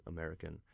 American